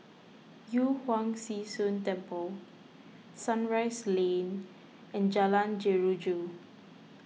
Yu Huang Zhi Zun Temple Sunrise Lane and Jalan Jeruju